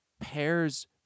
pairs